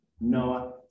Noah